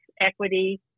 equity